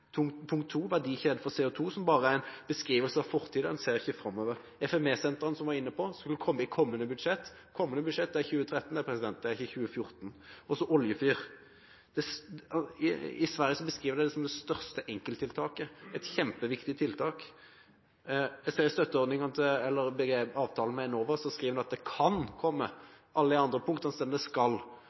Punkt to: «verdikjede for CO2», som bare er en beskrivelse av fortiden – en ser ikke framover. FME-sentrene, som vi var inne på, skulle komme i kommende budsjett. Kommende budsjett er 2013 – det er ikke 2014. Og så til oljefyr: I Sverige beskrives det som det største enkelttiltaket, et kjempeviktig tiltak. Jeg ser at i avtalen med Enova skriver de at det «kan» komme. I alle de andre punktene står det